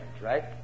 right